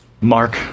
Mark